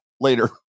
later